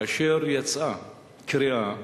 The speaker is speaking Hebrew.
כאשר יצאה קריאה,